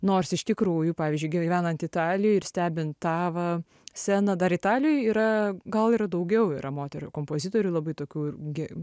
nors iš tikrųjų pavyzdžiui gyvenant italijoj ir stebint tą va sena dar italijoj yra gal yra daugiau yra moterų kompozitorių labai tokių ir ge